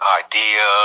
idea